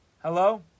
Hello